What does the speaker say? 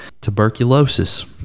tuberculosis